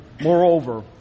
Moreover